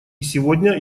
сегодня